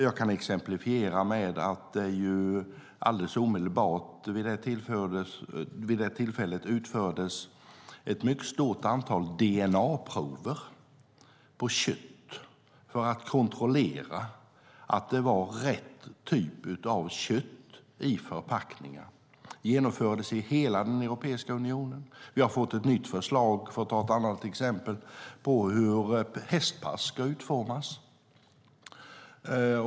Jag kan exemplifiera med att det vid det tillfället omedelbart utfördes ett mycket stort antal dna-prover på kött för att kontrollera att det var rätt typ av kött i förpackningen. Det genomfördes i hela Europeiska unionen. För att ta ett annat exempel har vi fått ett nytt förslag på hur hästpass ska utformas.